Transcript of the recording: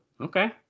Okay